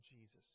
Jesus